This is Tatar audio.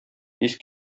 хис